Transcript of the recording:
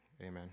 Amen